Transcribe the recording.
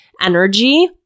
energy